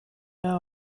know